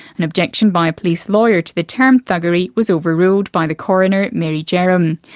an objection by a police lawyer to the term thuggery was overruled by the coroner mary jerram.